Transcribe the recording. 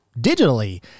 digitally